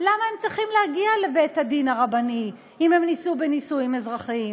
למה הם צריכים להגיע לבית-הדין הרבני אם הם נישאו בנישואים אזרחיים?